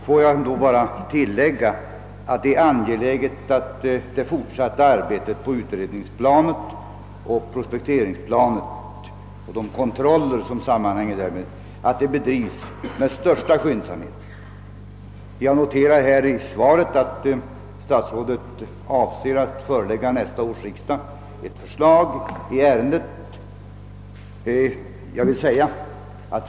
Får jag bara tillägga att det är angeläget att det fortsatta arbetet på utred ningsoch prospekteringsplanet — liksom de kontroller som sammanhänger därmed — bedrivs med största skyndsamhet. Jag noterar, att statsrådet avser att förelägga nästa års riksdag förslag i ärendet.